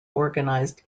organized